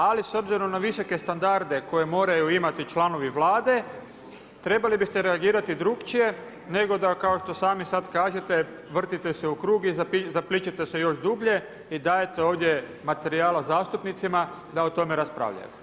Ali s obzirom na visoke standarde koje moraju imati članovi Vlade trebali biste reagirati drukčije nego da kao što sami sad kažete vrtite se u krug i zaplićete se još dublje i dajete ovdje materijala zastupnicima da o tome raspravljaju.